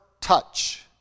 touch